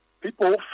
People